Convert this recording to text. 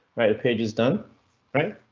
right, the pages done right.